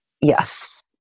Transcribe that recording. Yes